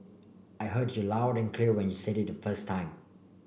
I heard you loud and clear when you said it the first time